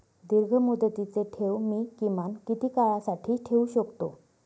दीर्घमुदतीचे ठेव मी किमान किती काळासाठी ठेवू शकतो?